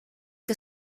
que